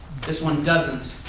this one doesn't.